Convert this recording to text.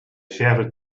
shouted